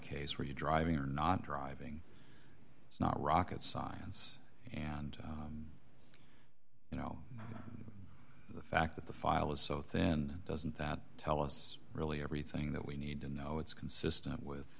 case were you driving or not driving it's not rocket science and you know the fact that the file is so thin doesn't that tell us really everything that we need to know it's consistent